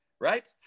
right